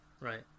right